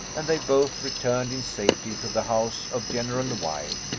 and they both returned in safety to the house of general y,